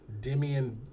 Demian